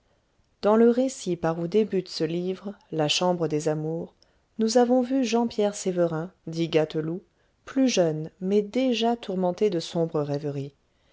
dans le récit par où débute ce livre la chambre des amours nous avons vu jean pierre sévérin dit gâteloup plus jeune mais tourmenté déjà de sombres rêveries